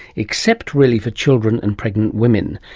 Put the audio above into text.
except really for children and pregnant women,